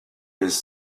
his